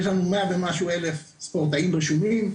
יש לנו מאה ומשהו אלף ספורטאים רשומים,